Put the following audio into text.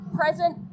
present